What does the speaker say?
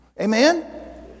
Amen